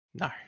No